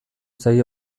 zaie